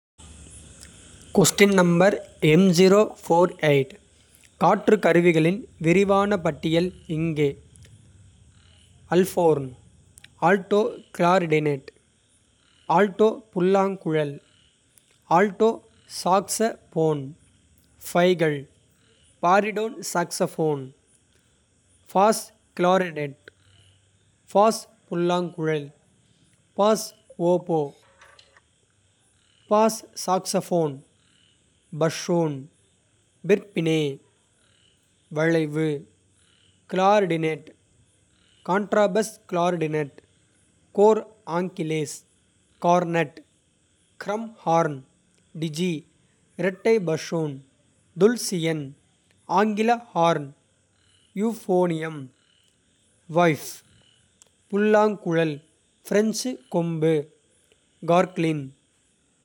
காற்று கருவிகளின் விரிவான பட்டியல் இங்கே. Alphorn alto clarinet. ஆல்டோ புல்லாங்குழல் ஆல்டோ சாக்ஸபோன். பைகள் baritone saxophone bass clarinet. Bass புல்லாங்குழல் bass oboe bass saxophone. Bassoon பிர்பினே வளைவு. Clarinet contrabass. Clarinet cor anglais cornet. Crumhorn டிஜி இரட்டை பஸ்ஸூன். துல்சியன் ஆங்கில ஹார்ன் யூஃபோனியம். பை ப் புல்லாங்குழல் பிரஞ்சு கொம்பு கார்க்லின்.